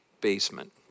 basement